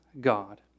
God